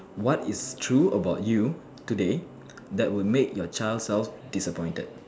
what is true about you today that would make your child self disappointed